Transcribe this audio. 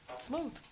smooth